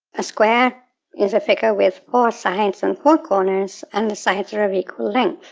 a square is a figure with four sides and four corners and the sides are of equal length.